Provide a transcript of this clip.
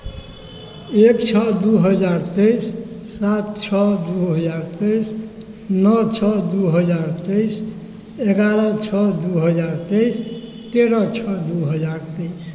एक छओ दू हजार तेइस सात छओ दू हजार तेइस नओ छओ दू हजार तेइस एगारह छओ दू हजार तेइस तेरह छओ दू हजार तेइस